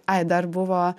ai dar buvo